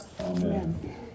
Amen